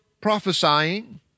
prophesying